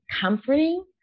comforting